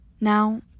Now